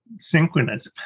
synchronous